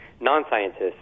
non-scientists